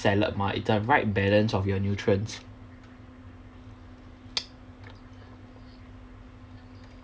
salad mah it's a right balance of your nutrients